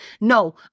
no